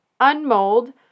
Unmold